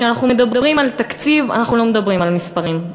שכשאנחנו מדברים על תקציב אנחנו לא מדברים על מספרים,